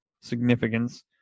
significance